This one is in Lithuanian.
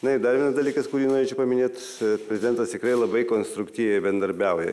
na ir dar vienas dalykas kurį norėčiau paminėt prezidentas tikrai labai konstruktyviai bendarbiauja